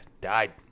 died